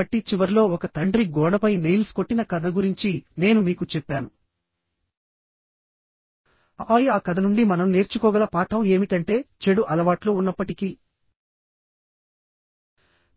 కాబట్టి చివర్లో ఒక తండ్రి గోడపై నెయిల్స్ కొట్టిన కథ గురించి నేను మీకు చెప్పాను ఆపై ఆ కథ నుండి మనం నేర్చుకోగల పాఠం ఏమిటంటేచెడు అలవాట్లు ఉన్నప్పటికీ